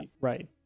right